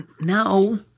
No